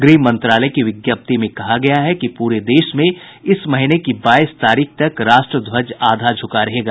गृह मंत्रालय की विज्ञप्ति में कहा गया है कि पूरे देश में इस महीने की बाईस तारीख तक राष्ट्र ध्वज आधा झुका रहेगा